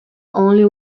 only